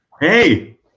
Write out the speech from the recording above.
Hey